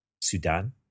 Sudan